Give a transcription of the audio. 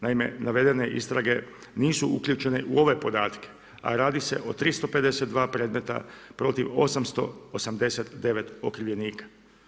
Naime, navedene istrage nisu uključene u ove podatke, a radi se o 352 predmeta, protiv 889 okrivljenika.